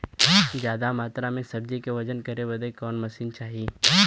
ज्यादा मात्रा के सब्जी के वजन करे बदे कवन मशीन चाही?